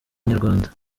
inyarwanda